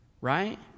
Right